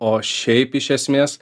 o šiaip iš esmės